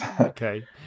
Okay